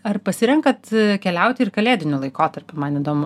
ar pasirenkat keliauti ir kalėdiniu laikotarpiu man įdomu